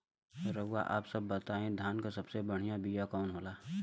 रउआ आप सब बताई धान क सबसे बढ़ियां बिया कवन होला?